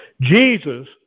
Jesus